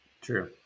True